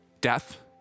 death